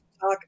talk